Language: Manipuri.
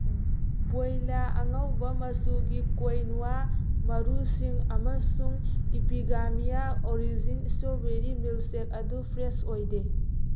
ꯚꯣꯏꯂꯥ ꯑꯉꯧꯕ ꯃꯆꯨꯒꯤ ꯀꯣꯌꯟꯋꯥ ꯃꯔꯨꯁꯤꯡ ꯑꯃꯁꯨꯡ ꯑꯦꯄꯤꯒꯥꯃꯤꯌꯥ ꯑꯣꯔꯤꯖꯤꯟ ꯏꯁꯇ꯭ꯔꯣꯕꯦꯔꯤ ꯃꯤꯜꯛꯁꯦꯛ ꯑꯗꯨ ꯐ꯭ꯔꯦꯁ ꯑꯣꯏꯗꯦ